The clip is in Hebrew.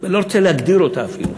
אני לא רוצה להגדיר אותה אפילו,